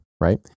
right